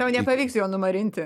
tau nepavyks jo numarinti